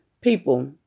People